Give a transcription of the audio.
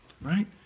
right